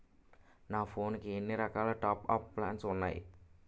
నా ఫోన్ కి ఎన్ని రకాల టాప్ అప్ ప్లాన్లు ఉన్నాయి?